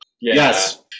Yes